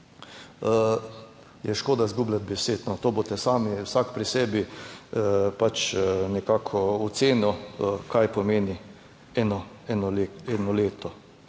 je škoda izgubljati besed, to boste sami vsak pri sebi pač nekako ocenil, kaj pomeni eno, eno